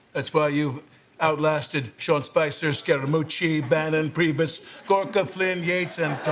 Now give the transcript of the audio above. that's why you outlasted sean spicer scaramucci band and priebus gorkha flame hates them.